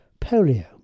polio